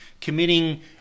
committing